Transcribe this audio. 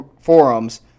forums